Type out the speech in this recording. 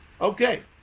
Okay